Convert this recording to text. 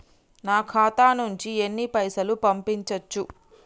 నా ఖాతా నుంచి ఎన్ని పైసలు పంపించచ్చు?